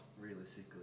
realistically